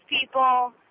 people